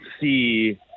see